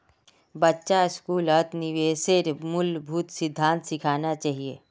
बच्चा स्कूलत निवेशेर मूलभूत सिद्धांत सिखाना चाहिए